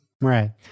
Right